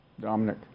Dominic